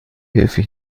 hilfe